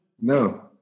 No